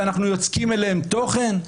שאנחנו יוצקים אליהם תוכן?